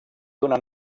donar